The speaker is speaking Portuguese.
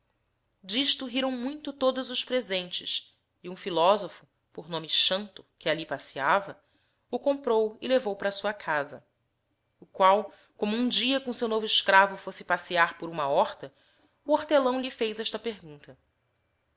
disto rírao muito todos os presentes e hum philosopho por nome xanto que alli passeava o comprou e levou para sua casa o qual como hum dia com seu novo escravo fosse passear por huma horta o hortelão lhe fez esta pergunta